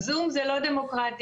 זום זה לא דמוקרטי.